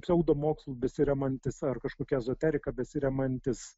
pseudomokslu besiremiantis ar kažkokia ezoterika besiremiantys